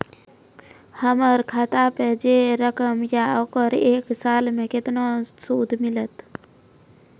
हमर खाता पे जे रकम या ओकर एक साल मे केतना सूद मिलत?